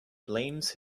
blames